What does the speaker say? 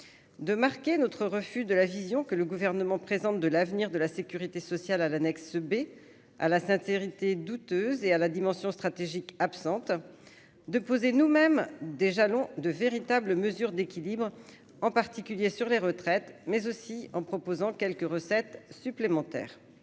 de marquer notre refus de la vision que le gouvernement présente de l'avenir de la sécurité sociale à l'annexe B à la sincérité douteuse et à la dimension stratégique absente de poser nous-mêmes des jalons de véritables mesures d'équilibre en particulier sur les retraites, mais aussi en proposant quelques recettes supplémentaires